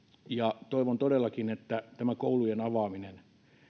ja toivon todellakin että tämä koulujen avaaminen